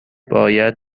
باید